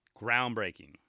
Groundbreaking